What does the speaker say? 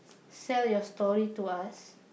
sell your story to us